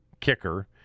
kicker